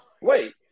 wait